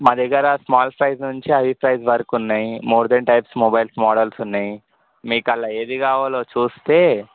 మా దగ్గర small price నుంచి హై ప్రైజ్ వరకు ఉన్నాయి more than types mobiles models ఉన్నాయి మీకు అండ్ల ఏది కావాలో చూస్తే